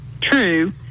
true